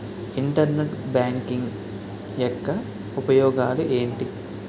Internet banking యెక్క ఉపయోగాలు ఎంటి?